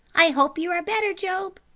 i hope you are better, job.